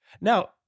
Now